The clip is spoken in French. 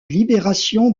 libération